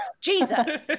Jesus